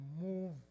move